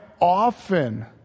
often